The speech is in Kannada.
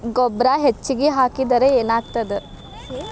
ಗೊಬ್ಬರ ಹೆಚ್ಚಿಗೆ ಹಾಕಿದರೆ ಏನಾಗ್ತದ?